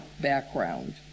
background